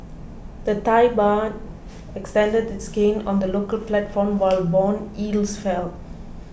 the Thai Baht extended its gains on the local platform while bond yields fell